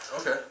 Okay